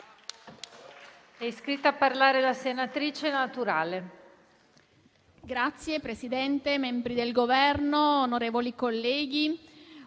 Signora Presidente, membri del Governo, onorevoli colleghi,